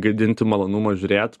gadinti malonumą žiūrėt